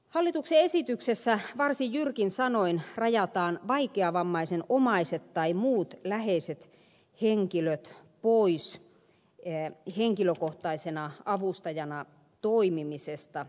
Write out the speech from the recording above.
hallituksen esityksessä varsin jyrkin sanoin rajataan vaikeavammaisen omaiset tai muut läheiset henkilöt pois henkilökohtaisena avustajana toimimisesta